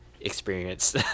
experience